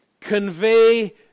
convey